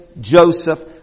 Joseph